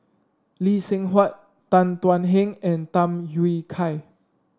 Lee Seng Huat Tan Thuan Heng and Tham Yui Kai